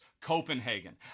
Copenhagen